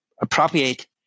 appropriate